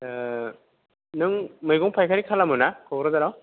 नों मैगं फायखारि खालामोना क'क्राझाराव